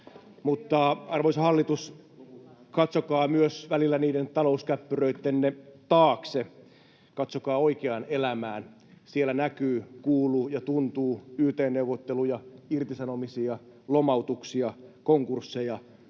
Mutta, arvoisa hallitus, katsokaa myös välillä niiden talouskäppyröittenne taakse, katsokaa oikeaan elämään. Siellä näkyy, kuuluu ja tuntuu yt-neuvotteluja, irtisanomisia, lomautuksia, konkursseja.